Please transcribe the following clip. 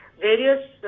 various